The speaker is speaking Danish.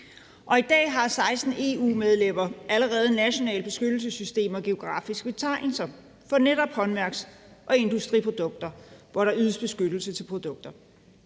I dag har 16 medlemmer af EU allerede nationale beskyttelsessystemer af geografiske betegnelser for netop håndværks- og industriprodukter, hvor der ydes beskyttelse til produkter.